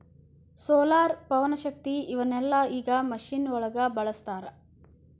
solar, ಪವನಶಕ್ತಿ ಇವನ್ನೆಲ್ಲಾ ಈಗ ಮಿಷನ್ ಒಳಗ ಬಳಸತಾರ